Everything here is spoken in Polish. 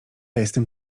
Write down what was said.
jestem